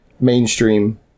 mainstream